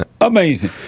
amazing